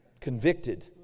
convicted